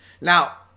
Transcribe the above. Now